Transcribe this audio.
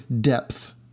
depth